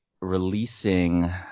releasing